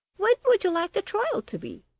when would you like the trial to be